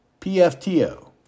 PFTO